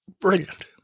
brilliant